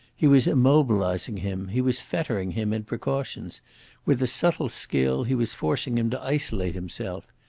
he was immobilising him, he was fettering him in precautions with a subtle skill he was forcing him to isolate himself.